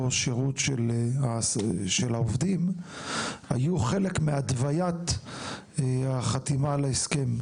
שירות של העובדים היו חלק מהתוויית החתימה על ההסכם,